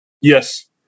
Yes